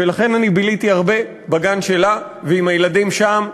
ולכן ביליתי הרבה בגן שלה ועם הילדים שם,